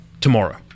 tomorrow